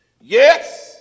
Yes